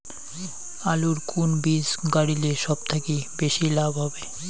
আলুর কুন বীজ গারিলে সব থাকি বেশি লাভ হবে?